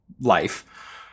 life